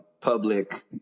public